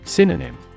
Synonym